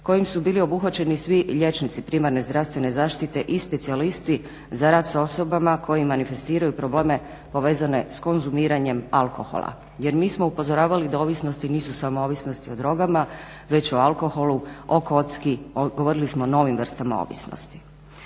kojim su bili obuhvaćeni svih liječnici primarne zdravstvene zaštite i specijalisti za rad s osobama koji manifestiraju probleme povezane s konzumiranjem alkohola, jer mi smo upozoravali da ovisnosti nisu samo ovisnosti o drogama, već o alkoholu, o kocki, govorili smo o novim vrstama ovisnosti.